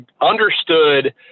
understood